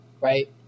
right